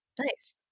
nice